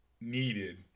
needed